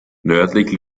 nördlich